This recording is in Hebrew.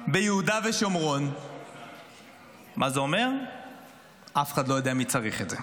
בוועדה, אתה יודע למה אנחנו מביאים את זה.